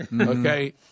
okay